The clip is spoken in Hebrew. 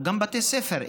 וגם בבתי ספר,